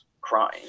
crime